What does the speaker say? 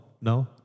no